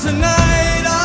Tonight